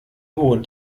hohen